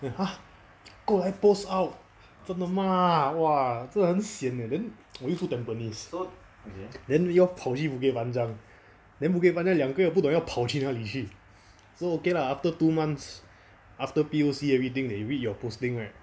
then !huh! 过来 post out 真的吗 !wah! 真的很 sian then 我又住 tampines then 又要跑去 bukit pajang then bukit pajang 两个又不懂要跑去那里去 so okay lah after two months after P_O_C everything they read your posting right